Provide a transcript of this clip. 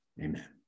Amen